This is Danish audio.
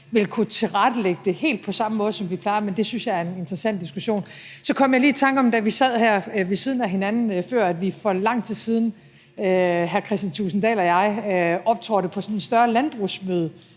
ville kunne tilrettelægge det helt på samme måde, som vi plejer, men det synes jeg er en interessant diskussion. Så kom jeg lige i tanker om, da vi sad her ved siden af hinanden før, at hr. Kristian Thulesen Dahl og jeg for lang tid siden optrådte på sådan et større landbrugsmøde